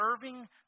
serving